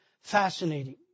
fascinating